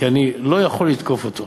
כי אני לא יכול לתקוף אותו.